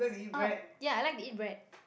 oh ya I like to eat bread